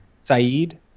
saeed